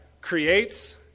creates